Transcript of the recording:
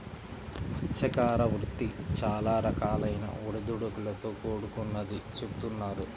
మత్స్యకార వృత్తి చాలా రకాలైన ఒడిదుడుకులతో కూడుకొన్నదని చెబుతున్నారు